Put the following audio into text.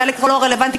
וחלק לא רלוונטי,